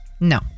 No